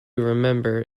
remember